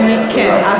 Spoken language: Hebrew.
כן,